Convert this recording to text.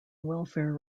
welfare